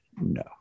no